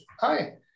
Hi